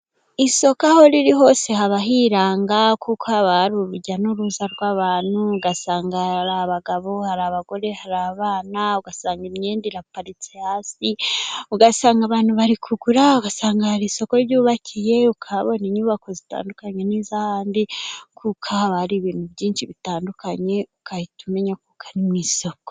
isoko aho riri hose haba hiranga, kuko haba hari urujya n'uruza rw'abantu ugasanga hari abagabo hari abagore, hari abana ugasanga imyenda iraparitse hasi, ugasanga abantu bari kugura ugasanga hari isoko ryubakiye, ukahabona inyubako zitandukanye n'iz'ahandi kuko haba hari ibintu byinshi bitandukanye, ugahita umenya ko ari mu isoko.